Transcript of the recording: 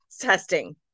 testing